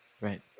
Right